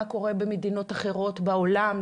מה קורה במדינות אחרות בעולם,